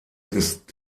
ist